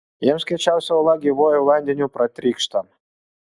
jiems kiečiausia uola gyvuoju vandeniu pratrykšta